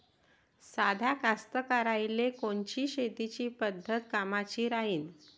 साध्या कास्तकाराइले कोनची शेतीची पद्धत कामाची राहीन?